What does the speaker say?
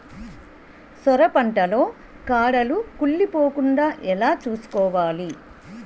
సొర పంట లో కాడలు కుళ్ళి పోకుండా ఎలా చూసుకోవాలి?